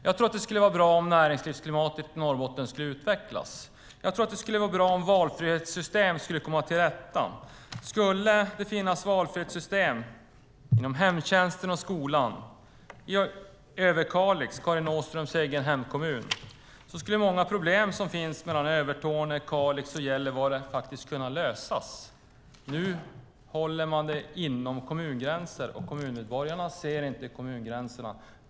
Jag tror att det skulle vara bra om näringslivsklimatet i Norrbotten kunde utvecklas. Jag tror att det skulle vara bra om valfrihetssystem skulle komma till stånd. Skulle det finnas valfrihetssystem inom hemtjänsten och skolan i till exempel Överkalix, Karin Åströms egen hemkommun, skulle många problem som finns mellan Övertorneå, Kalix och Gällivare faktiskt kunna lösas. Nu håller man det inom kommungränserna, men kommunmedborgarna ser inte kommungränserna.